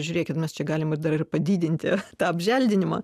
žiūrėkit mes čia galim ir dar padidinti tą apželdinimą